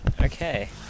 Okay